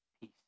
peace